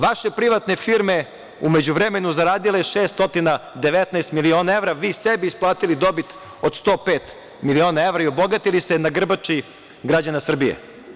Vaše privatne firme u međuvremenu zaradile 619 miliona evra, vi sebi isplatili dobit od 105 miliona evra i obogatili se na grbači građana Srbije.